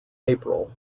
april